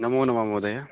नमो नमः महोदय